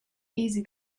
easy